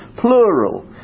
plural